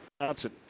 Johnson